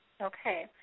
Okay